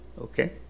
Okay